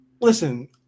Listen